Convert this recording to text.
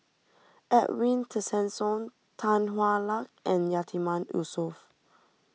Edwin Tessensohn Tan Hwa Luck and Yatiman Yusof